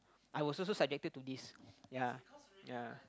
I was also subjected to this ya ya